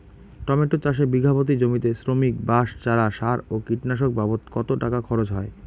Tomato চাষে বিঘা প্রতি জমিতে শ্রমিক, বাঁশ, চারা, সার ও কীটনাশক বাবদ কত টাকা খরচ হয়?